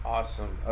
Awesome